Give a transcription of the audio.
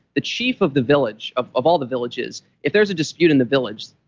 the chief of the village, of of all the villages, if there's a dispute in the village,